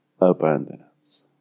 abundance